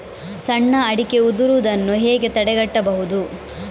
ಸಣ್ಣ ಅಡಿಕೆ ಉದುರುದನ್ನು ಹೇಗೆ ತಡೆಗಟ್ಟಬಹುದು?